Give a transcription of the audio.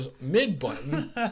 mid-button